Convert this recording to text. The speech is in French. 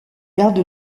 gardent